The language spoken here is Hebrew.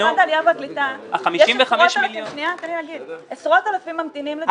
אבל במשרד הקליטה יש עשרות אלפים ממתינים לדיור ציבורי,